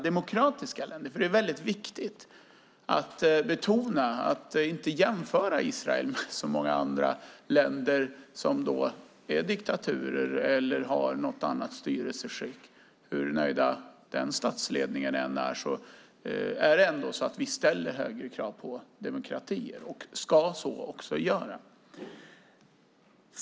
Det är väldigt viktigt att betona att man inte kan jämföra Israel med så många andra länder som är diktaturer eller har något annat styrelseskick. Hur nöjd den statsledningen än är, är det ändå så att vi ställer högre krav på demokratier, och det ska vi också göra.